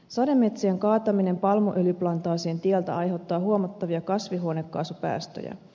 sademetsien kaataminen palmuöljyplantaasien tieltä aiheuttaa huomattavia kasvihuonekaasupäästöjä